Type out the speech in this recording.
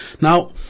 Now